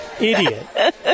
idiot